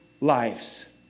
lives